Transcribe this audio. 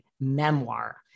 memoir